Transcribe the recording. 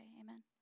amen